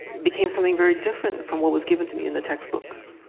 became something very different from what was given to me in the textbooks.